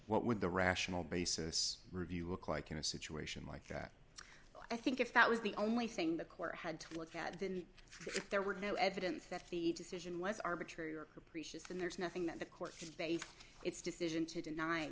what would the rational basis review look like in a situation like that i think if that was the only thing the court had to look at the if there were no evidence that the decision was arbitrary or capricious and there's nothing that the court has they've it's decision to deny